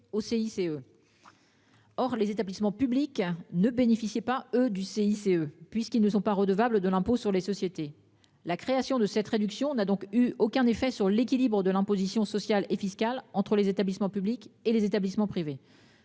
Or les établissements publics ne bénéficiaient pas du CICE puisqu'ils ne sont pas redevables de l'impôt sur les sociétés, la création de cette réduction n'a donc eu aucun effet sur l'équilibre de l'imposition sociale et fiscale entre les établissements publics et les établissements privés,